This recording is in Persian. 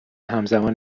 همزمان